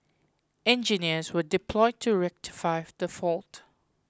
engineers were deployed to rectify the fault